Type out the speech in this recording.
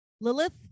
Lilith